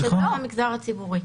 של כל המגזר הציבורי.